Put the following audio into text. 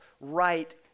right